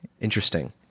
Interesting